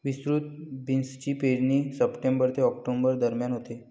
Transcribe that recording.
विस्तृत बीन्सची पेरणी सप्टेंबर ते ऑक्टोबर दरम्यान होते